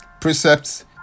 precepts